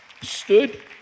stood